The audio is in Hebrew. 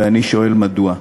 ואני שואל, מדוע?